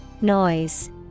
Noise